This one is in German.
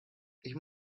ich